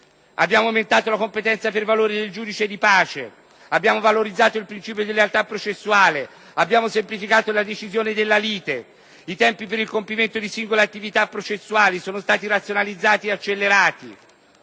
Abbiamo aumentato la competenza per valore del giudice di pace; abbiamo valorizzato il principio di lealtà processuale; abbiamo semplificato la decisione della lite; i tempi per il compimento di singole attività processuali sono stati razionalizzati e accelerati;